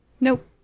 Nope